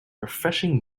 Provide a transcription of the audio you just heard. refreshing